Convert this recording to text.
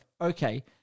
okay